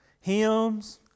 hymns